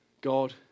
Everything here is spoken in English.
God